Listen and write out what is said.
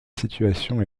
situation